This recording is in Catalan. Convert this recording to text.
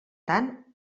tant